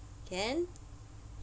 can